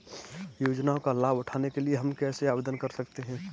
योजनाओं का लाभ उठाने के लिए हम कैसे आवेदन कर सकते हैं?